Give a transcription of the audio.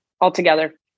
altogether